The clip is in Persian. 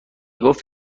گفت